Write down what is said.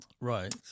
Right